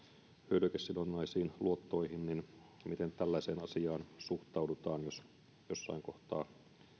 hyödykesidonnaisiin luottoihin niin miten tällaiseen asiaan suhtaudutaan jos jossain kohtaa